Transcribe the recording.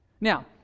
Now